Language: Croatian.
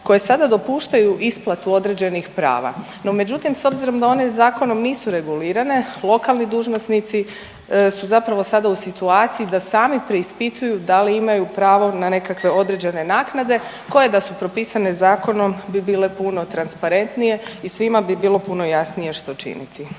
koje sada dopuštaju isplatu određenih prava, no međutim, s obzirom da one zakonom nisu regulirane, lokalni dužnosnici su zapravo sada u situaciji da sami preispituju da li imaju pravo na nekakve određene naknade, koje da su propisane zakonom bi bile puno transparentnije i svima bi bilo puno jasnije što činiti.